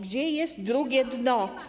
Gdzie jest drugie dno?